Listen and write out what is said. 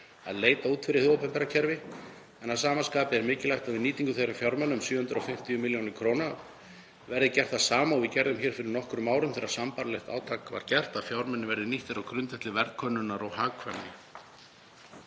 að leita út fyrir hið opinbera kerfi. En að sama skapi er mikilvægt að við nýtingu þeirra fjármuna, um 750 millj. kr., verði gert það sama og við gerðum hér fyrir nokkrum árum þegar sambærilegt átak var gert, að fjármunir verði nýttir á grundvelli verðkönnunar og hagkvæmni.